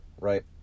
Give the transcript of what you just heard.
right